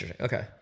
Okay